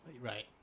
Right